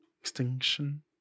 extinction